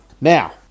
Now